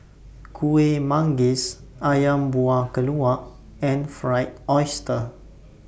Kueh Manggis Ayam Buah Keluak and Fried Oyster